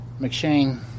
McShane